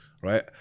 right